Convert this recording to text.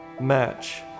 match